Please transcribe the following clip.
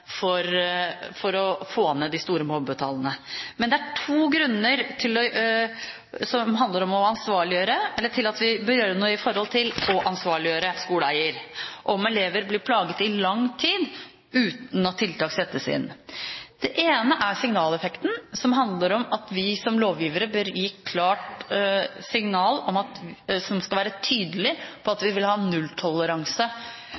for å få ned de store mobbetallene. Men det er to grunner til at vi bør gjøre noe i forhold til å ansvarliggjøre skoleeier om elever blir plaget i lang tid uten at tiltak settes inn. Det ene er signaleffekten, som handler om at vi som lovgivere bør gi et klart og tydelig signal om at